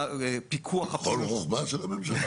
לכל רוחבה של הממשלה?